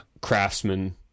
craftsman